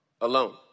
alone